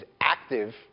active